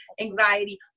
anxiety